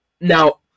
now